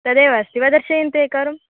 तदेव अस्ति वा दर्शयन्तु एकवारं